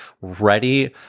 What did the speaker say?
ready